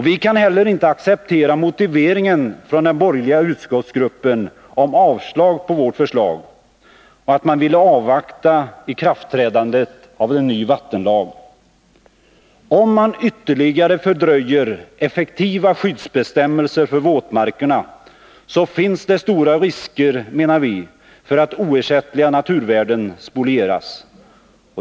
Vi kan inte heller acceptera motiveringen från den borgerliga utskottsgruppen för avslag på vårt förslag — att man vill avvakta ikraftträdandet av ny vattenlag. Om man ytterligare fördröjer effektiva skyddsbestämmelser för våtmarkerna, så finns det stora risker, menar vi, för att oersättliga naturvärden spolieras.